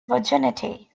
virginity